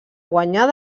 guanyar